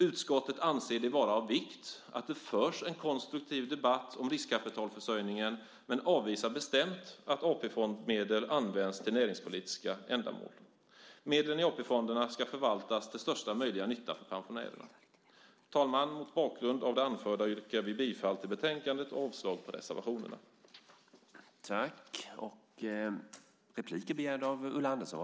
Utskottet anser det vara av vikt att det förs en konstruktiv debatt om riskkapitalförsörjningen men avvisar bestämt att AP-fondsmedel används till näringspolitiska ändamål. Medlen i AP-fonderna ska förvaltas till största möjliga nytta för pensionärerna. Herr talman! Mot bakgrund av det anförda yrkar vi bifall till utskottets förslag i betänkandet och avslag på reservationerna.